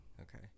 Okay